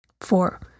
Four